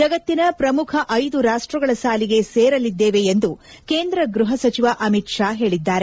ಜಗತ್ತಿನ ಪ್ರಮುಖ ನ್ ರಾಷ್ಷಗಳ ಸಾಲಿಗೆ ಸೇರಲಿದ್ಗೇವೆ ಎಂದು ಕೇಂದ್ರ ಗ್ರಹ ಸಚಿವ ಅಮಿತ್ ಶಾ ಹೇಳಿದ್ಗಾರೆ